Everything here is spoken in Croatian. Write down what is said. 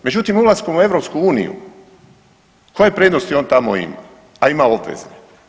Međutim, ulaskom u EU koje prednosti on tamo ima, a ima obveze?